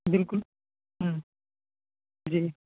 बिल्कुल जी